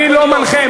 אני לא מנחה.